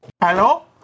Hello